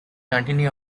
continue